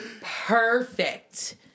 Perfect